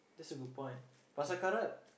that's a good point Pasar-Karat